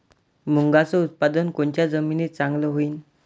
मुंगाचं उत्पादन कोनच्या जमीनीत चांगलं होईन?